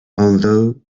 although